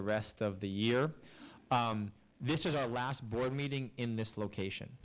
the rest of the year this is our last board meeting in this location